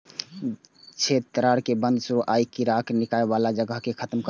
छेद, दरार कें बंद करू आ कीड़ाक नुकाय बला जगह कें खत्म करू